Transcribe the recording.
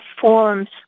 forms